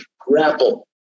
grapple